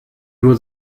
nur